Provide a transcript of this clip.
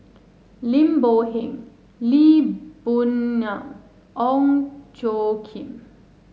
Lim Boon Heng Lee Boon Ngan Ong Tjoe Kim